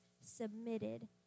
submitted